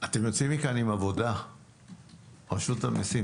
רשות המיסים,